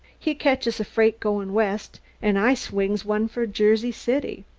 he catches a freight goin' west, an' i swings one for jersey city.